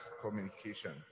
communication